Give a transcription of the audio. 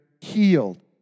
healed